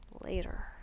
Later